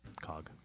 cog